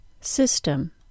System